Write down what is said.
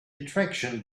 attraction